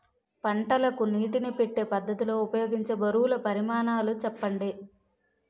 పంటలకు నీటినీ పెట్టే పద్ధతి లో ఉపయోగించే బరువుల పరిమాణాలు చెప్పండి?